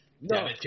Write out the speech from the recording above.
No